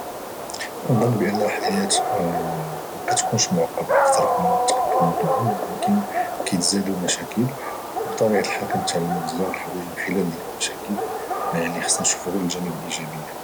اظن ان الحياه ما كاتكونش معقده اكثر كلما تقدمنا في العمر ولكن كيتزادوا مشاكل بطبيعه الحال كانتعلموا بزاف د الحوايج خلال ذيك المشاكل يعني خاصنا غير نشوف الجانب الايجابي ديالهم